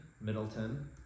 Middleton